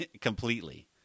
completely